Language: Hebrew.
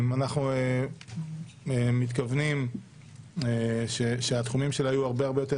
אנחנו מתכוונים שתחומי העיסוק שלה יהיו רחבים הרבה יותר,